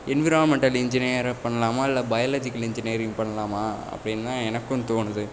environmental இன்ஜினியரா பண்ணலாமா இல்லை பயாலெஜிக்கல் இன்ஜினியரிங் பண்ணலாமா அப்படின்னு தான் எனக்கும் தோணுது